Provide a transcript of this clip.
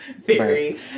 theory